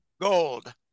gold